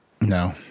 No